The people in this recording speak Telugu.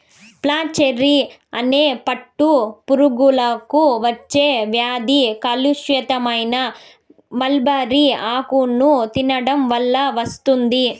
ఫ్లాచెరీ అనే పట్టు పురుగులకు వచ్చే వ్యాధి కలుషితమైన మల్బరీ ఆకులను తినడం వల్ల వస్తుంది